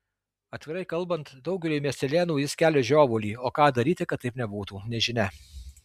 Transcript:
atvirai kalbant daugeliui miestelėnų jis kelia žiovulį o ką daryti kad taip nebūtų nežinia